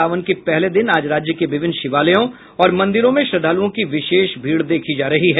सावन के पहले दिन आज राज्य के विभिन्न शिवालयों और मंदिरों में श्रद्धालुओं की विशेष भीड़ देखी जा रही है